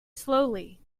slowly